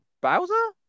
bowser